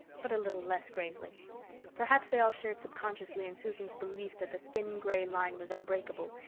but a little less gravely perhaps they all shared subconsciously in susan's belief that the thin grey line was unbreakable,